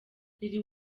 lil